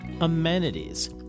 amenities